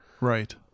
right